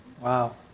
Wow